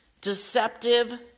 deceptive